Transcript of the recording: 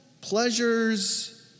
Pleasures